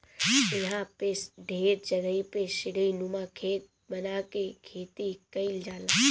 इहां पे ढेर जगही पे सीढ़ीनुमा खेत बना के खेती कईल जाला